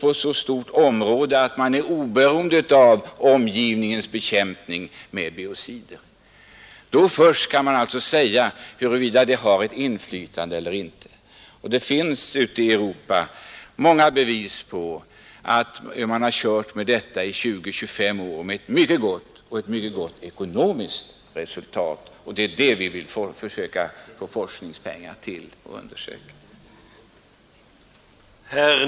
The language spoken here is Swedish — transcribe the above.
Då först kan man säga huruvida denna bekämpning i omgivningen har något inflytande eller inte. Det finns ute i Europa många bevis på att man under 20 — 25 år har drivit biologiskt jordbruk med ett mycket gott ekonomiskt resultat. Det är det vi vill få forskningspengar till och göra undersökningar om.